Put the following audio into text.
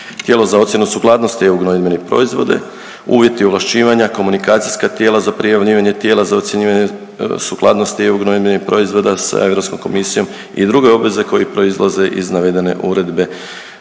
tijelo za ocjenu sukladnosti EU gnojidbene proizvode, uvjeti ovlašćivanja, komunikacijska tijela za prijavljivanje tijela za ocjenjivanje sukladnosti EU gnojidbenih proizvoda s Europskom komisijom i druge obveze koje proizlaze iz navedene Uredbe